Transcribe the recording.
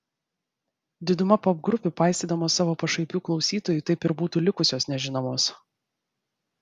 diduma popgrupių paisydamos savo pašaipių klausytojų taip ir būtų likusios nežinomos